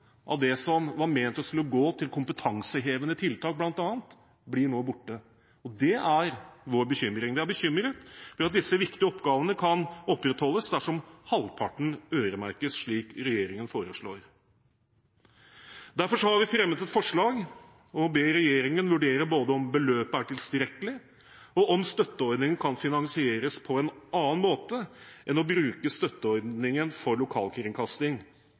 av det som var ment å skulle gå til bl.a. kompetansehevende tiltak, nå blir borte. Det er vår bekymring. Vi er bekymret for om disse viktige oppgavene kan opprettholdes dersom halvparten øremerkes, slik regjeringen foreslår. Derfor har vi fremmet et forslag om å be regjeringen vurdere både om beløpet er tilstrekkelig, og om støtteordningen kan finansieres på en annen måte enn å bruke støtteordningen for lokalkringkasting,